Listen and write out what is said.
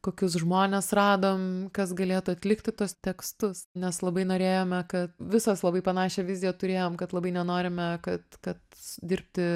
kokius žmones radom kas galėtų atlikti tuos tekstus nes labai norėjome kad visos labai panašią viziją turėjom kad labai nenorime kad kad dirbti